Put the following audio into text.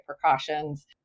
precautions